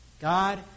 God